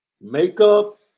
Makeup